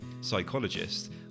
psychologist